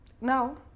now